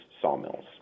sawmills